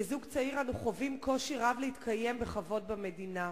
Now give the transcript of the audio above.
כזוג צעיר אנו חווים קושי רב להתקיים בכבוד במדינה.